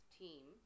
team